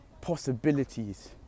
possibilities